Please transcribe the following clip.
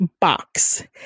box